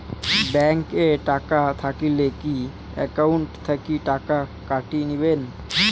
Bank এ টাকা থাকিলে কি একাউন্ট থাকি টাকা কাটি নিবেন?